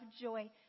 joy